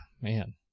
man